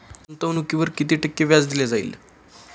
गुंतवणुकीवर किती टक्के व्याज दिले जाईल?